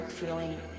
Feeling